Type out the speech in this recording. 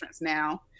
now